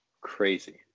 Crazy